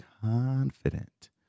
confident